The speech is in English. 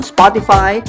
Spotify